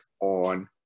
on